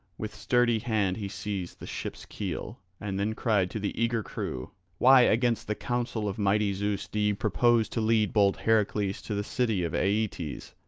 with sturdy hand he seized the ship's keel, and then cried to the eager crew why against the counsel of mighty zeus do ye purpose to lead bold heracles to the city of aeetes?